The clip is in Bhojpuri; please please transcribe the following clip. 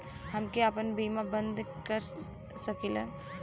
हमके आपन बीमा बन्द कर सकीला?